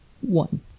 one